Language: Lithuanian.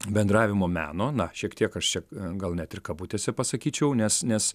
bendravimo meno na šiek tiek aš čia gal net ir kabutėse pasakyčiau nes nes